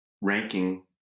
ranking